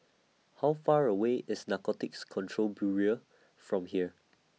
How Far away IS Narcotics Control Bureau from here